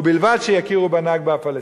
ובלבד שיכירו בנכבה הפלסטינית.